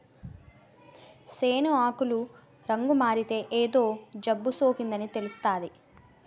సేను ఆకులు రంగుమారితే ఏదో జబ్బుసోకిందని తెలుస్తాది